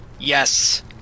Yes